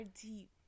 deep